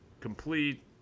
complete